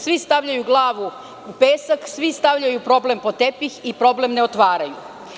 Svi stavljaju glavu u pesak, svi stavljaju problem pod tepih i problem ne otvaraju.